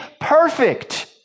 perfect